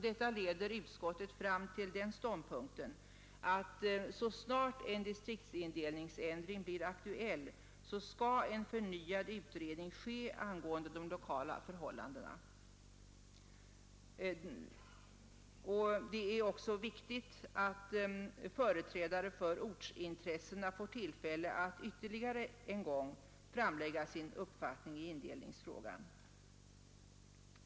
Detta leder utskottet fram till den ståndpunkten, att så snart en distriktsindelningsändring blir aktuell skall en förnyad utredning ske angående de lokala förhållandena. Det är också viktigt att företrädare för ortsintressena får tillfälle att ytterligare en gång framlägga sin uppfattning i indelningsfrågan.